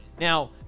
Now